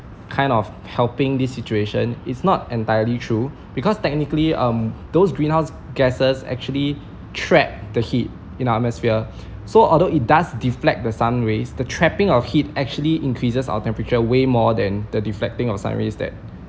kind of helping this situation is not entirely true because technically um those greenhouse gases actually trap the heat in our atmosphere so although it does deflect the sun rays the trapping of heat actually increases our temperature way more than the deflecting of sun rays that